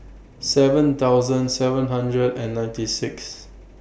seven thousand seven hundred and ninety Sixth